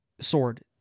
Sword